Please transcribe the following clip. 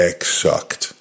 Exact